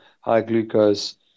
high-glucose